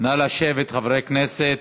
חברי הכנסת,